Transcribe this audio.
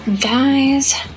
guys